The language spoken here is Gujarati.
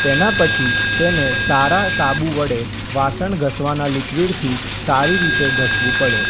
તેના પછી તેને સારા સાબુ વડે વાસણ ઘસવાના લિક્વિડથી સારી રીતે ઘસવું પડે